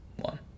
one